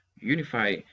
unify